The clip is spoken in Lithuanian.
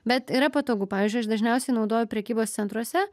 bet yra patogu pavyzdžiui aš dažniausiai naudoju prekybos centruose